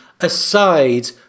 aside